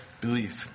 belief